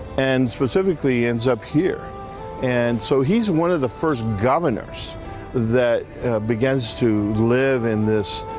and specifically ends up here and so he's one of the first governors that begins to live in this.